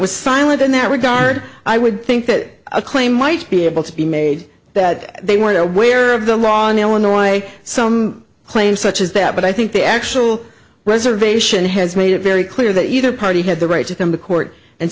was silent in that regard i would think that a claim might be able to be made that they weren't aware of the law in illinois some claim such as that but i think the actual reservation has made it very clear that either party had the right to come to court and